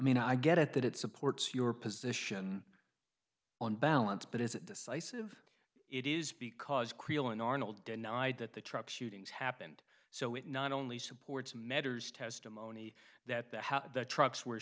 mean i get it that it supports your position on balance but is it decisive it is because creel and arnold denied that the truck shootings happened so it not only supports medders testimony that the how the trucks were